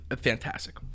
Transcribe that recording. fantastic